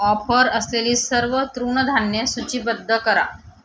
offer असलेली सर्व तृणधान्ये सूचीबद्ध करा